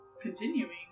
continuing